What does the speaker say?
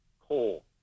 coal